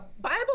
Bible